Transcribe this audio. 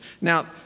Now